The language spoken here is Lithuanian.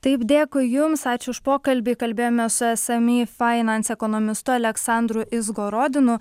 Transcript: taip dėkui jums ačiū už pokalbį kalbėjome su sme finance ekonomistu aleksandru izgorodinu